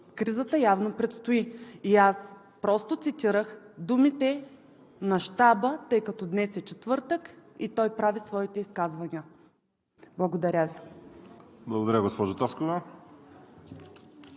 кризата явно предстои. И аз просто цитирах думите на Щаба, тъй като днес е четвъртък и той прави своите изказвания. Благодаря Ви. ПРЕДСЕДАТЕЛ